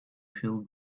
feel